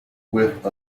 with